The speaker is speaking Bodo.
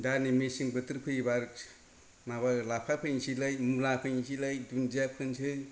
दा नै मेसें बोथोर फैयो बा माबा लाफा फैनसै लाय मुला फोनसै लाय दुनदिया फैनोसै